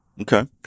Okay